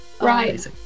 Right